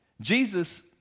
Jesus